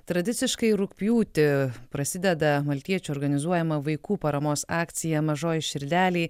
tradiciškai rugpjūtį prasideda maltiečių organizuojama vaikų paramos akcija mažoj širdelėj